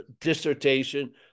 dissertation